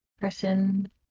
person